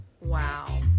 Wow